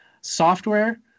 software